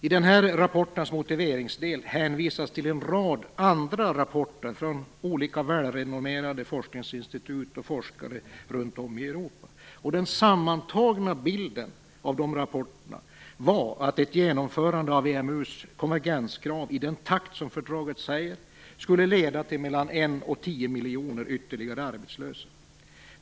I rapportens motiveringsdel hänvisas till en rad andra rapporter från olika välrenommerade forskningsinstitut och forskare runt om i Europa. Den sammantagna bilden av rapporterna var att ett genomförande av EMU:s konvergenskrav i den takt som förordas i fördraget skulle leda till 1-10 miljoner ytterligare arbetslösa.